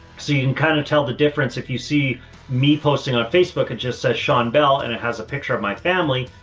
and kind of tell the difference. if you see me posting on facebook, it just says sean bell and it has a picture of my family.